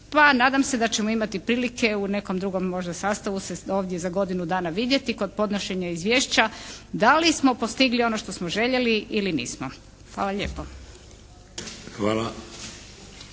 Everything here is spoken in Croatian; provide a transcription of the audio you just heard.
nadam se da ćemo imati prilike u nekom drugom možda sastavu se ovdje za godinu dana vidjeti kod podnošenja izvješća da li smo postigli ono što smo željeli ili nismo? Hvala lijepo.